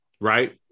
right